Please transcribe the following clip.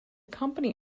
company